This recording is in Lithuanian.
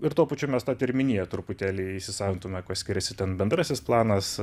ir tuo pačiu mes tą terminiją truputėlį įsisavintume kuo skiriasi ten bendrasis planas